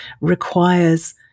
requires